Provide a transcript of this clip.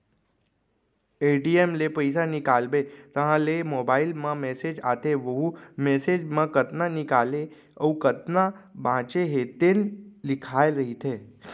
ATM ले पइसा निकालबे तहाँ ले मोबाईल म मेसेज आथे वहूँ मेसेज म कतना निकाले अउ कतना बाचे हे तेन लिखाए रहिथे